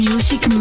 Music